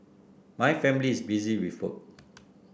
my family is busy with work